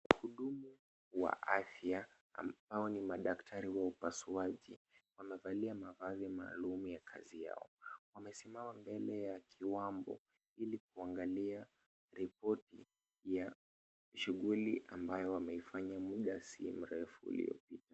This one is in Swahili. Mhudumu wa afya ambao ni madaktari wa upasuaji wamevalia mavazi maalum ya kazi yao. Wamesimama mbele ya kiwambo ili kuangalia ripoti ya shughuli ambayo wameifanya muda si mrefu uliopita.